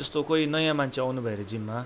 जस्तो कोही नयाँ मान्छे आउनु भयो हरे जिममा